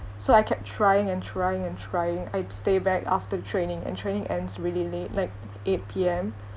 so I kept trying and trying and trying I'd stay back after training and training ends really late like eight P_M